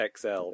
XL